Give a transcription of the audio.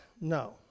no